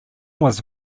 was